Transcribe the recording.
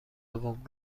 دوم